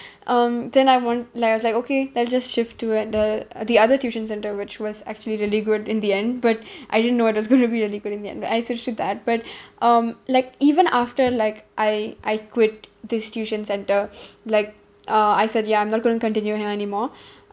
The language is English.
um then I wa~ like I was like okay let's just shift toward the the other tuition centre which was actually really good in the end but I didn't know it was going to be really good in the end but I that but um like even after like I I quit this tuition centre like uh I said ya I'm not going to continue here anymore